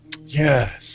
Yes